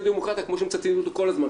לדמוקרטיה כפי שמצטטים אותו כל הזמן,